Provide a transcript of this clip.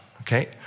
okay